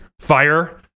fire